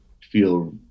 feel